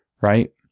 right